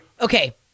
okay